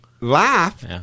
laugh